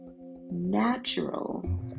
natural